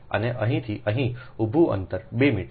અને અહીંથી અહીં ઉભું અંતર 2 મીટર છે